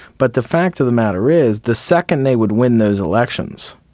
but the fact of the matter is the second they would win those elections,